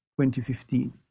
2015